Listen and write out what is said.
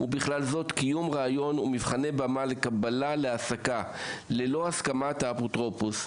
ובכלל זאת קיום ריאיון ומבחני במה לקבלה להעסקה ללא הסכמת האפוטרופוס,